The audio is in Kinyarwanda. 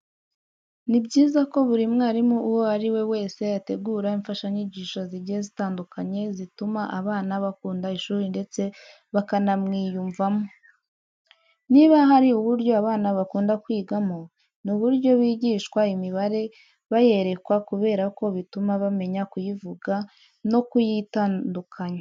Ni byiza ko buri mwarimu uwo ari we wese ategura imfashanyigisho zigiye zitandukanye zituma abana bakunda ishuri ndetse bakanamwiyumvamo. Niba hari uburyo abana bakunda kwigamo, ni uburyo bigishwa imibare bayerekwa kubera ko bituma bamenya kuyivuga no kuyitandukanya.